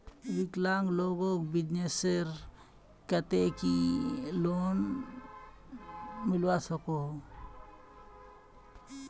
विकलांग लोगोक बिजनेसर केते की लोन मिलवा सकोहो?